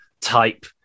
type